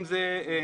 אם זה נחל,